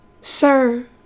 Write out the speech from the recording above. Sir